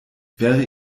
wäre